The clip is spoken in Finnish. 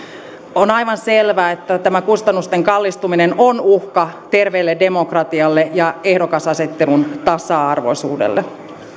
on aivan selvää että tämä kustannusten kallistuminen on uhka terveelle demokratialle ja ehdokasasettelun tasa arvoisuudelle